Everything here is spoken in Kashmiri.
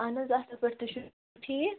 اَہَن حظ اَصٕل پٲٹھۍ تُہۍ چھُو ٹھیٖک